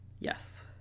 yes